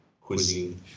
cuisine